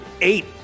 Eight